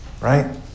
Right